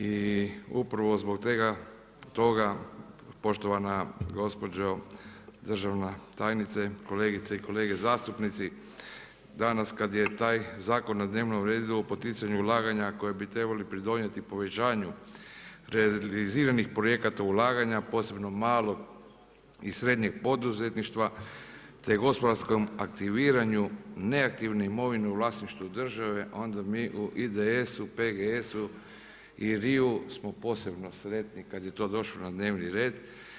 I upravo zbog toga poštovana gospođo državna tajnice, kolegice i kolege zastupnici danas kad je taj zakon na dnevnom redu o poticanju ulaganja koji bi trebali pridonijeti povećanju realiziranih projekata ulaganja posebno malog i srednjeg poduzetništva, te gospodarskom aktiviranju neaktivne imovine u vlasništvu države onda mi u IDS-u, PGS-u i RI-u smo posebno sretni kad je to došlo na dnevni red.